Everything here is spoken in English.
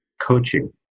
coaching